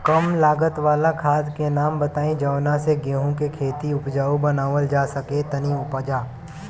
कम लागत वाला खाद के नाम बताई जवना से गेहूं के खेती उपजाऊ बनावल जा सके ती उपजा?